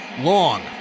long